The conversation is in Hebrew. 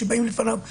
כשבאים לפניו תיקים,